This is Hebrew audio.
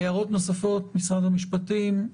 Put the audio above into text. הערות נוספות, משרד המשפטים?